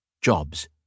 Jobs